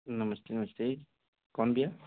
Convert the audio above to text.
नमस्ते नमस्ते कौन भैया